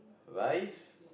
rice